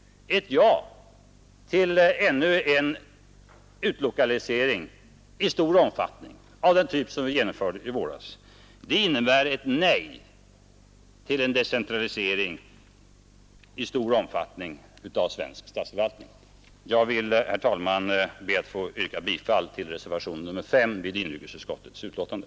Ett ja till ännu en utlokalisering i stor omfattning av den typ vi genomförde i våras innebär ett nej till en genomgripande decentralisering av svensk statsförvaltning. Jag yrkar bifall till reservationen 5 vid inrikesutskottets betänkande.